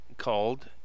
Called